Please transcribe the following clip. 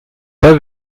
pas